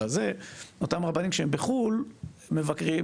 אותם רבנים שהם בחו"ל מבקרים,